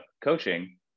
coaching